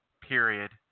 Period